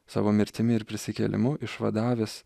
savo mirtimi ir prisikėlimu išvadavęs